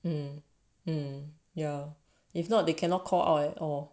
嗯嗯 ya if not they cannot call out at all